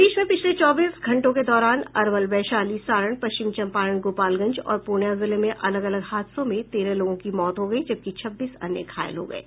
प्रदेश में पिछले चौबीस घंटों के दौरान अरवल वैशाली सारण पश्चिम चंपारण गोपालगंज और पूर्णिया जिले में अलग अलग हादसों में तेरह लोगों की मौत हो गयी जबकि छब्बीस अन्य घायल हो गये